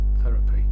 therapy